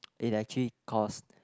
it actually cost